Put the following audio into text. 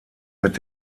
mit